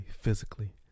physically